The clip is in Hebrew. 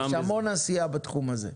יש המון עשייה בתחום הזה.